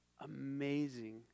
amazing